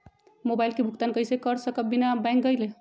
Mobile के भुगतान कईसे कर सकब बिना बैंक गईले?